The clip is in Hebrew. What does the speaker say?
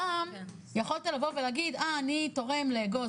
פעם יכולת לבוא ולהגיד אני תורם לאגוז,